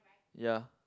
ya